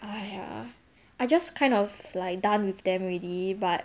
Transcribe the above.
!aiya! I just kind of like done with them already but